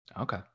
okay